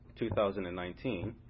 2019